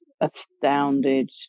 astounded